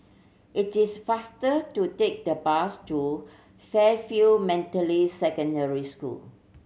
it is faster to take the bus to Fairfield Methodist Secondary School